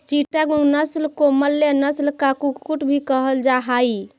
चिटागोंग नस्ल को मलय नस्ल का कुक्कुट भी कहल जा हाई